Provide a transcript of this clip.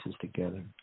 together